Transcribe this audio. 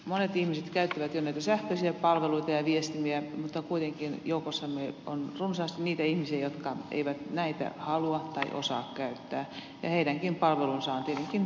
monet ihmiset käyttävät jo näitä sähköisiä palveluita ja viestimiä mutta kuitenkin joukossamme on runsaasti niitä ihmisiä jotka eivät näitä halua tai osaa käyttää ja heidänkin palvelunsa on tietenkin turvattava